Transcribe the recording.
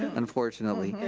unfortunately.